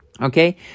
Okay